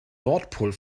nordpol